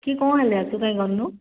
କି କ'ଣ ହେଲା ତୁ କାହିଁ କରିନାହୁଁ